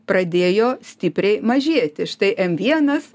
pradėjo stipriai mažėti štai m vienas